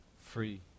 free